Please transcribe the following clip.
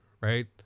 right